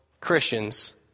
Christians